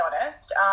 honest